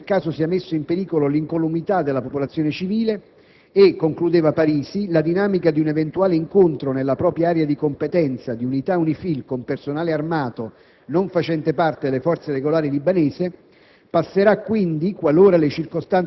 È consentito l'intervento attivo anche nel caso sia messa in pericolo l'incolumità della popolazione civile e, concludeva il ministro Parisi, la dinamica di un eventuale incontro nella propria area di competenza di unità UNIFIL con personale armato non facente parte delle forze regolari libanesi